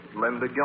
Linda